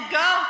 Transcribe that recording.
go